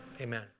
Amen